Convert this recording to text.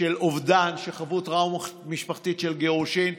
של אובדן, שחוו טראומה משפחתית של גירושים.